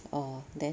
oh then